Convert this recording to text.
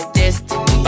destiny